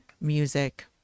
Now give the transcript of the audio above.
music